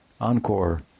encore